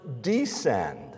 descend